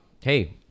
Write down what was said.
Hey